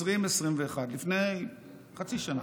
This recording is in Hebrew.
2021, לפני חצי שנה.